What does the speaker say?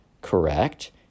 correct